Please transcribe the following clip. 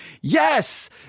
yes